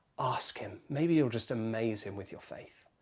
ask him. maybe you'll just amaze him with your faith.